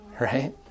right